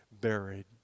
buried